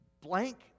blank